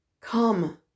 Come